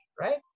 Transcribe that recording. right